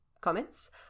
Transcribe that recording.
Comments